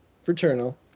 Fraternal